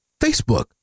Facebook